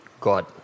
God